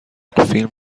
فیلم